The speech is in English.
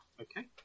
Okay